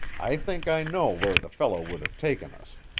i think i know where the fellow would have taken us.